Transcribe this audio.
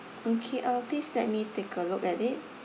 okay uh please let me take a look at it